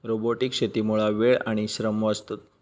robotic शेतीमुळा वेळ आणि श्रम वाचतत